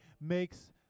makes